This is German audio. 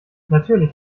natürlich